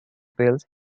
build